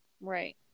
Right